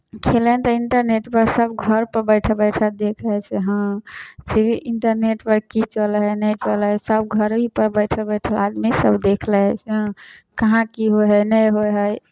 खेलय तऽ इन्टरनेटपर सभ घरपर बैठे बैठऽ देखै छै हँ फिर भी इन्टरनेटपर की चलै हइ नहि चलै हइ सभ घरहीपर बैठल बैठल आदमीसभ देख लै छै हँ कहाँ की होइ हइ नहि होइ हइ